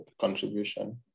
contribution